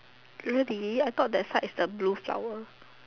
really I thought that side is the blue flower